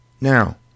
Now